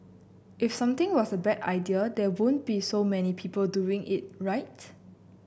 if something was a bad idea there wouldn't be so many people doing it right